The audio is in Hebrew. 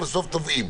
בסוף טובעים.